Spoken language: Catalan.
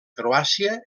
croàcia